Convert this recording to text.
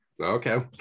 Okay